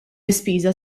ispiża